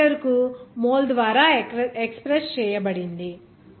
అది లీటరుకు మోల్ ద్వారా ఎక్స్ప్రెస్ చేయబడింది